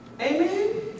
Amen